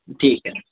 ठीक आहे